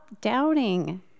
doubting